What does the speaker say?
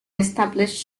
established